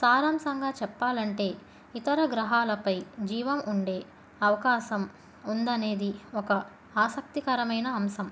సారాంశంగా చెప్పాలంటే ఇతర గ్రహాలపై జీవం ఉండే అవకాశం ఉందనేది ఒక ఆసక్తికరమైన అంశం